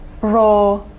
Raw